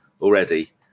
already